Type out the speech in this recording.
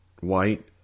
white